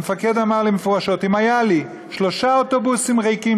המפקד אמר לי מפורשות: אם היו לי שלושה אוטובוסים ריקים,